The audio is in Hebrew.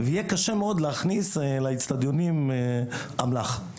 ויהיה קשה מאוד להכניס לאצטדיונים אמל"ח,